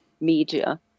media